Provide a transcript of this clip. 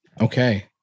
Okay